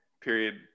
period